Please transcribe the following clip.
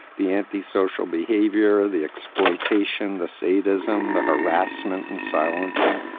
the anti-social behavior, the exploitation, the sadism, the harassment and silencing.